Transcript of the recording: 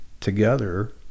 together